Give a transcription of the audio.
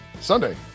Sunday